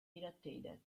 irritated